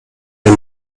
der